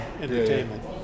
entertainment